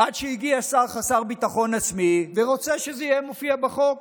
עד שהגיע שר חסר ביטחון עצמי ורוצה שזה יופיע בחוק.